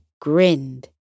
grinned